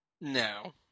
no